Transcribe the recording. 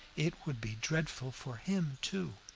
it would be dreadful for him too.